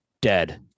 dead